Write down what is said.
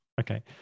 okay